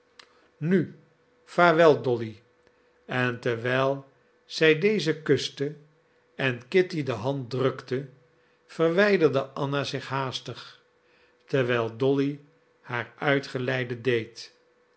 nu vaarwel dolly en terwijl zij deze kuste en kitty de hand drukte verwijderde anna zich haastig terwijl dolly haar uitgeleide deed